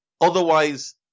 otherwise